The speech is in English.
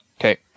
Okay